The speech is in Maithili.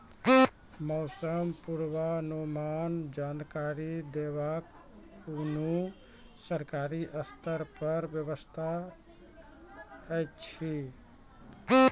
मौसम पूर्वानुमान जानकरी देवाक कुनू सरकारी स्तर पर व्यवस्था ऐछि?